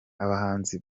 abahinzi